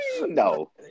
No